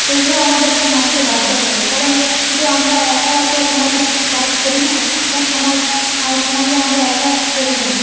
তবুও আমাদেরকে মানতে বাধ্য হয় কারণ শুধু আমরা একা তো সমাজে বাস করি না বা সমাজ সমাজে আমরা একা চলি না